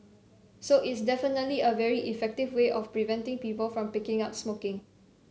so it's definitely a very effective way of preventing people from picking up smoking